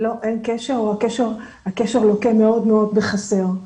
אין קשר, או שקשר לוקה מאוד מאוד בחסר.